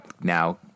now